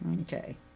Okay